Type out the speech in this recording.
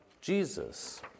Jesus